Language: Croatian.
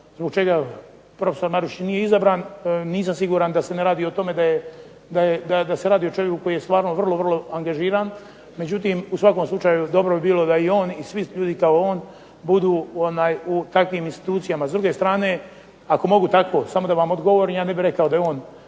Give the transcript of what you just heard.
zbog čega profesor Marušić nije izabran. Nisam siguran da se ne radi o tome da je, da se radi o čovjeku koje stvarno vrlo angažiran. U svakom slučaju dobro bi bilo da i on i svi ljudi kao on budu u takvim institucijama. S druge strane, ako mogu tako samo da vam odgovorim. Ja ne bih rekao da je on